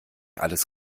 alles